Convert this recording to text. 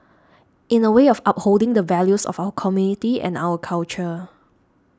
in a way of upholding the values of our community and our culture